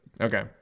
Okay